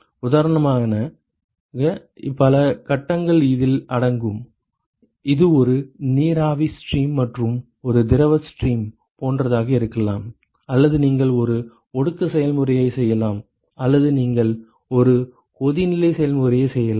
உதாரணமாக பல கட்டங்கள் இதில் அடங்கும் இது ஒரு நீராவி ஸ்ட்ரீம் மற்றும் ஒரு திரவ ஸ்ட்ரீம் போன்றதாக இருக்கலாம் அல்லது நீங்கள் ஒரு ஒடுக்க செயல்முறையை செய்யலாம் அல்லது நீங்கள் ஒரு கொதிநிலை செயல்முறையை செய்யலாம்